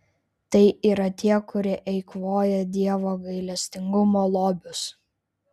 tai yra tie kurie eikvoja dievo gailestingumo lobius